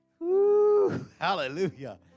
Hallelujah